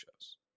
shows